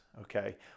Okay